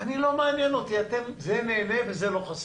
לא מעניין אותי, זה נהנה וזה לא חסר.